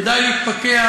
כדאי להתפכח